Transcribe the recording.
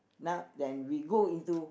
now then we go into